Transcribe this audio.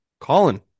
Colin